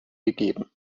gegeben